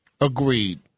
Agreed